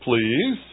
please